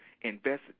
invest